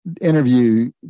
interview